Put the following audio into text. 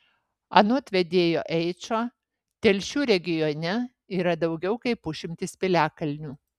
anot vedėjo eičo telšių regione yra daugiau kaip pusšimtis piliakalnių